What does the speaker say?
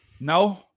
No